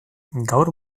gaur